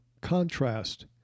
contrast